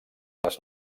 les